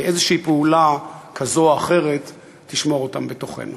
ואיזושהי פעולה כזו או אחרת תשמור אותם בתוכנו.